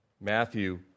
Matthew